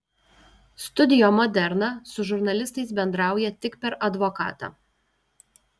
studio moderna su žurnalistais bendrauja tik per advokatą